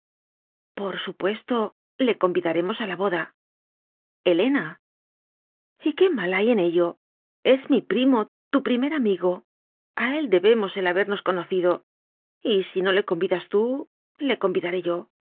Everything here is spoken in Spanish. por supuesto le convidaremos a la boda helena y qué mal hay en ello es mi primo tu primer amigo a él debemos el habernos co nocido y si no le convidas tú le convidaré yo